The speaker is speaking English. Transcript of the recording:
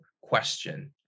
question